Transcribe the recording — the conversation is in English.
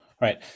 Right